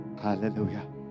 Hallelujah